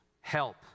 help